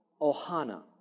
Ohana